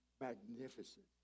magnificent